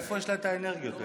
מאיפה יש לה את האנרגיות האלה?